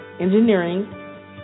engineering